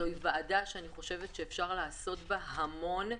זאת ועדה שאני חושבת שאפשר לעשות בה המון.